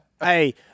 hey